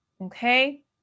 Okay